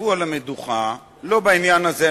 ישבו על המדוכה, לא בעניין הזה.